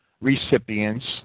recipients